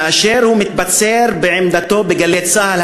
כאשר הוא מתבצר בעמדתו ב"גלי צה"ל",